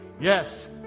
yes